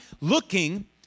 looking